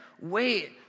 wait